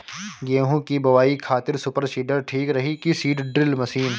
गेहूँ की बोआई खातिर सुपर सीडर ठीक रही की सीड ड्रिल मशीन?